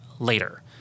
Later